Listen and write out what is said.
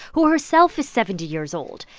who herself is seventy years old.